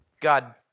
God